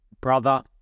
brother